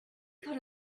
cut